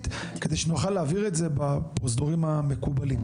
כדי שנוכל להעביר את זה בפרוזדורים המקובלים.